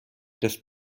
des